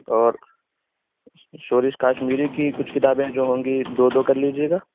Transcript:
اور سورش کاشمیری کی کچھ کتابیں جو ہوں گی دو دو کر لیجیے گا